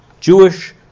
Jewish